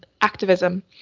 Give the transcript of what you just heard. activism